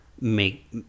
make